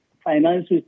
Finance